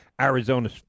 Arizona